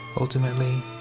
Ultimately